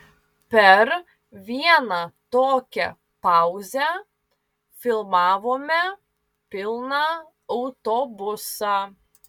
per vieną tokią pauzę filmavome pilną autobusą